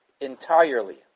Entirely